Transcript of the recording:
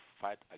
fight